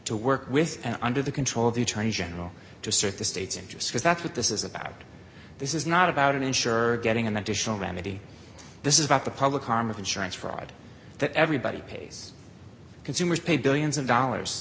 to work with and under the control of the attorney general to assert the state's interest because that's what this is about this is not about an insurer getting an additional remedy this is about the public arm of insurance fraud that everybody pays consumers pay billions of dollars